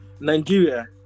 Nigeria